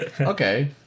Okay